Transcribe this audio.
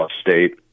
State